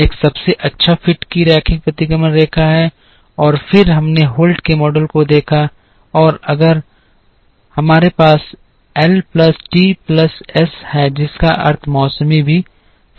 एक सबसे अच्छा फिट की रैखिक प्रतिगमन रेखा है और फिर हमने होल्ट के मॉडल को देखा और अगर हमारे पास L plus T plus S है जिसका अर्थ मौसमी भी शामिल है